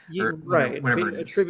right